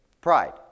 Pride